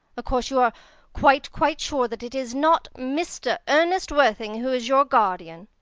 of course you are quite, quite sure that it is not mr. ernest worthing who is your guardian?